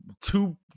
two